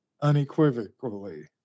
unequivocally